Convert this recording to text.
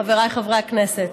חבריי חברי הכנסת,